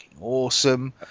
awesome